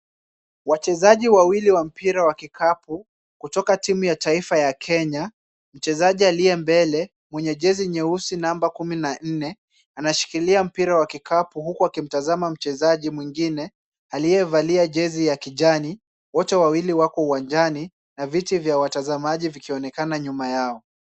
Wachezaji wawili wa mpira wa kikapu, kutoka timu ya taifa ya Kenya, mchezaji aliye mbele mwenye jezi nyeusi namba kumi na nne, ameshikilia mpira wa kikapu huku akimtazama mchezaji mwingine, aliyevalia jezi ya kijani, wote wawili wako uwanjani na viti vya watazamaji vikionekana nyuma yao.